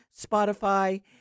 Spotify